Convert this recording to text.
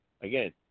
Again